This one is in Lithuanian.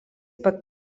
pat